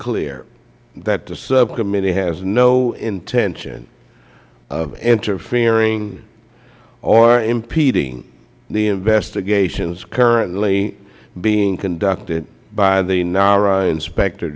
clear that the subcommittee has no intention of interfering or impeding the investigations currently being conducted by the nara inspector